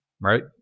Right